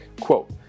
quote